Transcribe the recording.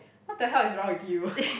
!what-the-hell! is wrong with you